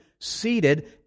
seated